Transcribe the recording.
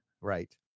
Right